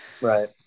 Right